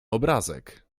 obrazek